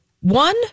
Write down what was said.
one